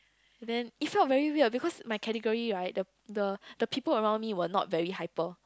and then it felt very weird because my category right the the the people around me were not very hyper